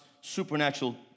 supernatural